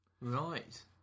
Right